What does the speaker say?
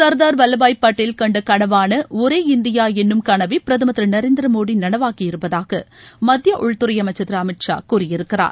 சர்தார் வல்லபாய் பட்டேல் கண்ட கனவான ஒரே இந்தியா என்னும் கனவை பிரதமர் திரு நரேந்திர மோடி நனவாக்கி இருப்பதாக மத்திய உள்துறை அமைச்சர் திரு அமித் ஷா கூறியிருக்கிறார்